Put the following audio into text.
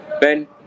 Ben